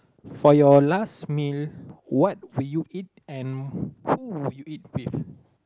for your last meal what will you eat and who will you eat with